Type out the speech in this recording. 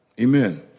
Amen